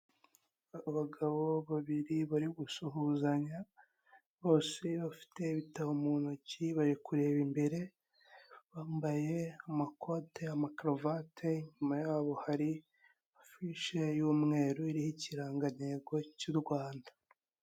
Abagabo babiri bari gusuhuzanya bose bafite ibitabo mu ntoki, bari kureba imbere bambaye amakote amakaruvate inyuma yabo hari afishe y'umweru iriho ikirangantego cy'u Rwanda.